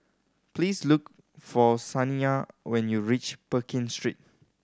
please look for Saniya when you reach Pekin Street